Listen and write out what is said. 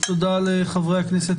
תודה לחברי הכנסת